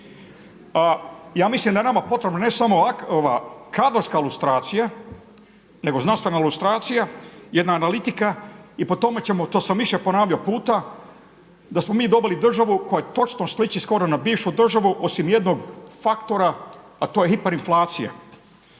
Ja mislim da je nama potrebna ne samo kadrovska lustracija nego znanstvena lustracija, jedna analitika i po tome ćemo to sam više ponavljao puta, da smo mi dobili državu koja točno sliči skoro na bivšu državu osim jednog faktora, a to je hiperinflacija.